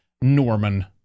Norman